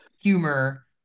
humor